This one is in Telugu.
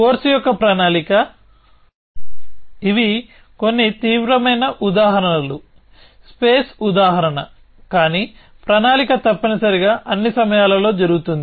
కోర్సు యొక్క ప్రణాళిక ఇవి కొన్ని తీవ్రమైన ఉదాహరణలు స్పేస్ ఉదాహరణ కానీ ప్రణాళిక తప్పనిసరిగా అన్ని సమయాలలో జరుగుతుంది